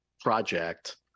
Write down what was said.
project